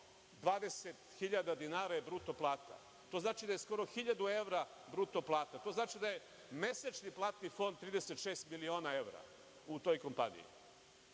120.000 dinara bruto plate. Znači da je skoro 1.000 evra bruto plata. Znači da je mesečni platni fond od 36 miliona evra u toj kompaniji.